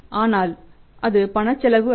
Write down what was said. ஆனால் அது பணச் செலவு அல்ல